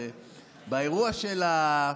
באירוע של,